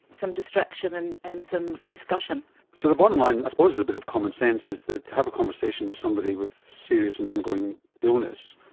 some distraction and and some discussion. so the bottom line, i suppose it's a bit of common sense, is that to have a conversation with somebody with serious and ongoing illness,